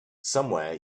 somewhere